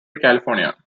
california